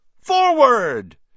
Forward